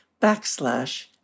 backslash